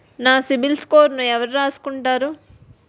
నా సిబిల్ స్కోరును ఎవరు రాసుకుంటారు